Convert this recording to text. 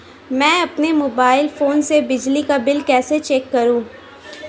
मैं अपने mobile phone से बिजली का बिल कैसे चेक करूं?